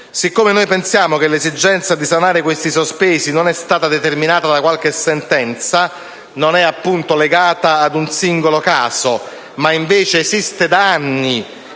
Siccome noi pensiamo che l'esigenza di sanare questi sospesi non è stata determinata da qualche sentenza, non è legata, appunto, ad un singolo caso ma invece esiste da anni